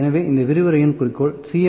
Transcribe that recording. எனவே இந்த விரிவுரையின் குறிக்கோள்கள் C